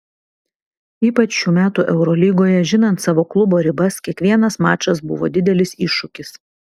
ypač šių metų eurolygoje žinant savo klubo ribas kiekvienas mačas buvo didelis iššūkis